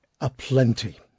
aplenty